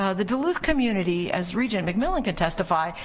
ah the duluth community, as regent mcmillan can testify,